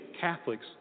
Catholics